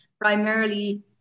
primarily